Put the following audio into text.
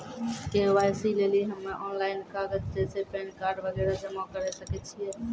KYC लेली हम्मय online कागज जैसे पैन कार्ड वगैरह जमा करें सके छियै?